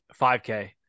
5K